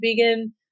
vegan